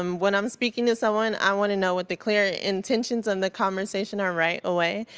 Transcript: um when i'm speaking to someone, i wanna know what the clear intentions in the conversation are right away,